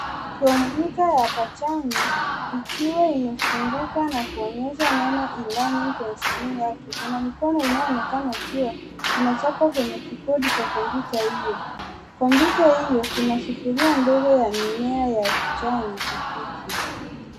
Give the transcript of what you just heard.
Kompyuta ya pajani ikiwa imefunguka na kuonyesha neno, e-learning, kwenye skrini yake. Kuna mkono unaoonekana ukiwa unachapa kwenye kibodi cha kompyuta hio. Kuna sufuria ndogo ya mimea ya kijani kibichi.